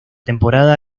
temporada